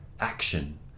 action